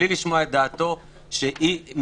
בלי לשמוע את דעתו של משרד הבריאות,